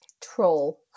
Troll